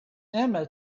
emma